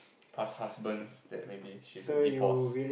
past husbands that maybe she's a divorced